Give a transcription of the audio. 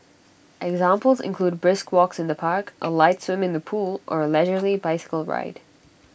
examples include brisk walks in the park A light swim in the pool or A leisurely bicycle ride